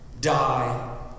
die